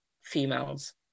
females